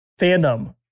fandom